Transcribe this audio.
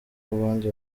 abandi